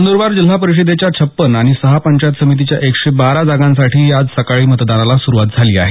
नंदरबार जिल्हा परिषदेच्या छप्पन्न आणि सहा पंचायत समितीच्या एकशे बारा जागांसाठीही आज सकाळी मतदानाला सुरवात झाली आहे